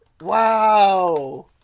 Wow